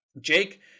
Jake